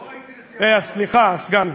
לא הייתי, סליחה, סגן.